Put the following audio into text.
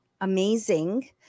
amazing